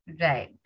Right